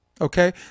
Okay